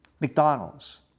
McDonald's